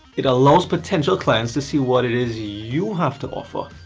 it allows potential clients to see what it is you have to offer,